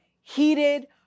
heated